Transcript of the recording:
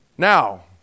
Now